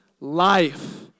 life